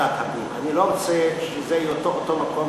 לא רוצה שזה יהיה אותו מקום,